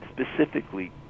specifically